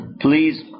Please